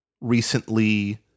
recently